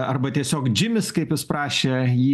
arba tiesiog džimis kaip jis prašė jį